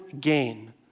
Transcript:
gain